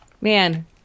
man